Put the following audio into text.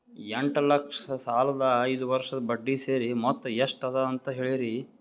ಎಂಟ ಲಕ್ಷ ಸಾಲದ ಐದು ವರ್ಷದ ಬಡ್ಡಿ ಸೇರಿಸಿ ಮೊತ್ತ ಎಷ್ಟ ಅದ ಅಂತ ಹೇಳರಿ?